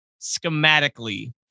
schematically